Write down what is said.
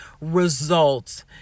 results